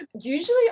Usually